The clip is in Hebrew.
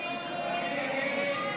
ההסתייגויות